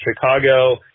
Chicago